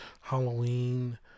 Halloween